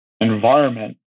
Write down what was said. environment